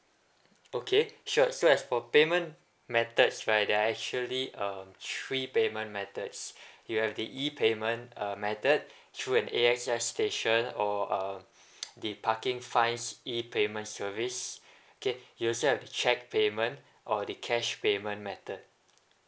okay sure so as for payment methods right there're actually um three payment methods you have the E payment uh method through an A_X_S station or uh the parking fines E payment service okay we also have the check payment or the cash payment method